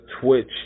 Twitch